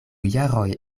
jaroj